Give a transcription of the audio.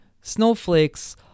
snowflakes